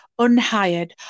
unhired